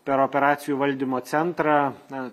per operacijų valdymo centrą na